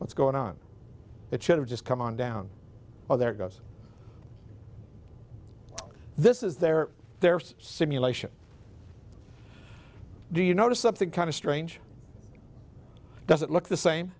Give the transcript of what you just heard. what's going on it should have just come on down well there goes this is there there's a simulation do you notice something kind of strange doesn't look the same